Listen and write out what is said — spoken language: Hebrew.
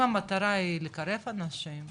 אם המטרה היא לקרב אנשים,